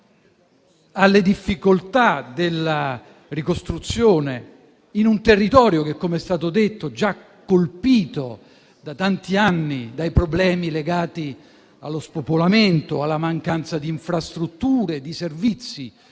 Alle difficoltà della ricostruzione in un territorio che, com'è stato detto, è già stato colpito da tanti anni dai problemi legati allo spopolamento, alla mancanza di infrastrutture, di servizi,